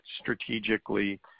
strategically